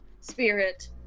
spirit